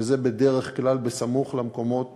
וזה בדרך כלל סמוך למקומות